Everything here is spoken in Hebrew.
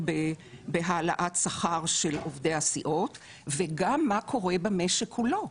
בהעלאת שכר של עובדי הסיעות וגם מה קורה במשק כולו.